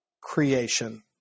creation